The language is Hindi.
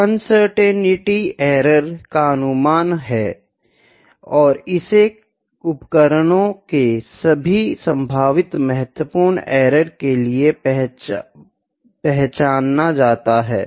तो अनसर्टेनिटी एरर का अनुमान है और इसे उपकरणों के सभी संभावित महत्वपूर्ण एरर के लिए पहचाना जाता है